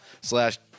slash